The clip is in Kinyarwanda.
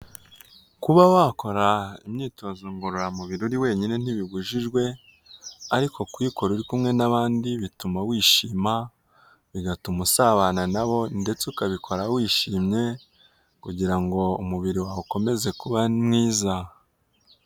Kuba wakora imyitozo ngororamubiri uri wenyine ntibibujijwe, ariko kuyikora uri kumwe n'abandi bituma wishima, bigatuma usabana na bo, ndetse ukabikora wishimye, kugira ngo umubiri wawe ukomeze kuba mwiza.